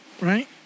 right